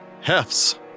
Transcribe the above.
hefts